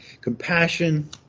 compassion